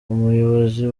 ubuyobozi